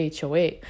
HOA